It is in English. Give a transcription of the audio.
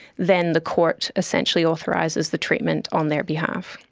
then the court essentially authorises the treatment on their behalf.